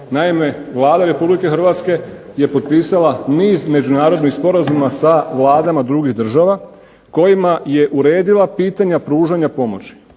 Naime, Vlada Republike Hrvatske je potpisala niz međunarodnih sporazuma sa vladama drugih država kojima je uredila pitanja pružanja pomoći